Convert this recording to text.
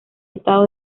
estado